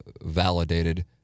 validated